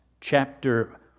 chapter